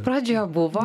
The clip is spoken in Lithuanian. pradžioje buvo